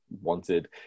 wanted